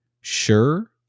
sure